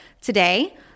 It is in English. Today